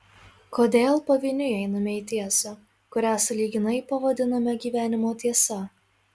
kodėl pavieniui einame į tiesą kurią sąlyginai pavadiname gyvenimo tiesa